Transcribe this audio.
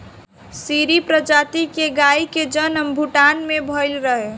सीरी प्रजाति के गाई के जनम भूटान में भइल रहे